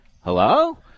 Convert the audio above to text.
hello